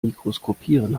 mikroskopieren